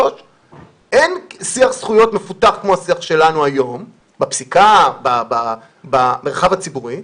אין שיח זכויות מפותח כמו השיח שלנו היום בפסיקה ובמרחב הציבורי,